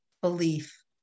belief